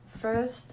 first